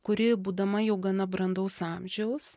kuri būdama jau gana brandaus amžiaus